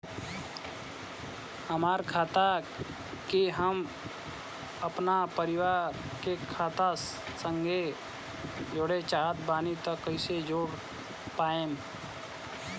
हमार खाता के हम अपना परिवार के खाता संगे जोड़े चाहत बानी त कईसे जोड़ पाएम?